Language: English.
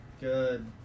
Good